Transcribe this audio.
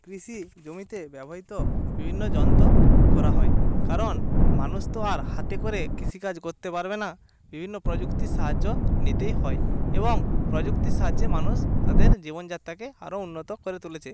কৃষি জমিতে ব্যবহৃত বিভিন্ন যন্ত্র করা হয় কারণ মানুষ তো আর হাতে করে কৃষিকাজ করতে পারবে না বিভিন্ন প্রযুক্তির সাহায্য নিতেই হয় এবং প্রযুক্তির সাহায্যে মানুষ তাদের জীবনযাত্রাকে আরও উন্নত করে তুলেছে